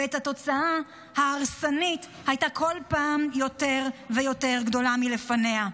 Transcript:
והתוצאה ההרסנית הייתה כל פעם יותר ויותר גדולה מלפניה: